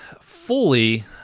fully